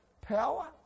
power